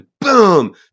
Boom